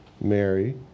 Mary